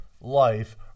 life